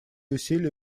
усилия